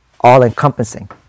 all-encompassing